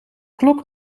klok